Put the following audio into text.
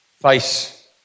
face